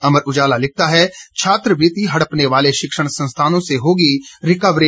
अमर उजाला लिखता है छात्रवृति हड़पने वाले शिक्षण संस्थानों से होगी रिकवरी